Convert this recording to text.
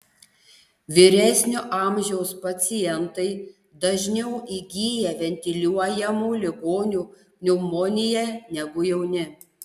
vyresnio amžiaus pacientai dažniau įgyja ventiliuojamų ligonių pneumoniją negu jauni